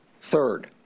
Third